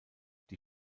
die